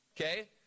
okay